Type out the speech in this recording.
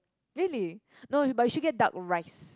really no but you should get duck rice